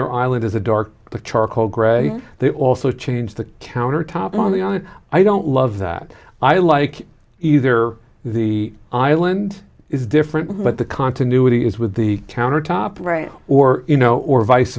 their island is a dark the charcoal gray they also change the countertop on the island i don't love that i like either the island is different but the continuity is with the countertop right or you know or vice